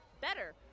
better